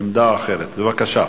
עמדה אחרת, בבקשה.